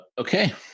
Okay